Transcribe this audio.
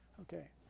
Okay